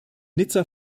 nizza